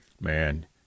Man